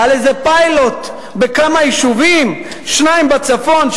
על איזה פיילוט בכמה יישובים: שניים בצפון,